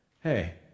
Hey